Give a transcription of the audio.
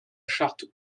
charte